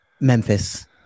Memphis